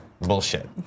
Bullshit